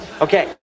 Okay